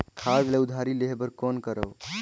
खाद ल उधारी लेहे बर कौन करव?